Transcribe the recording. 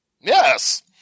Yes